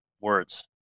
words